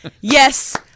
Yes